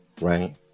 right